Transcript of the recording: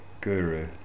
guru